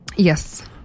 Yes